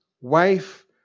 wife